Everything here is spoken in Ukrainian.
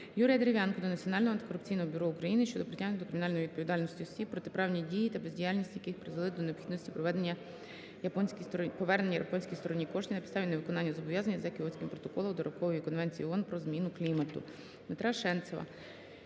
Юрія Дерев'янка до Національного антикорупційного бюро України щодо притягнення до кримінальної відповідальності осіб, протиправні дії та бездіяльність яких призвели до необхідності повернення японській стороні коштів на підставі невиконання зобов'язань за Кіотським протоколом до Рамкової конвенції ООН про зміну клімату. Дмитра Шенцева